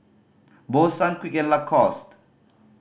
Bose Sunquick and Lacoste